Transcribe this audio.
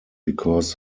because